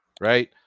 Right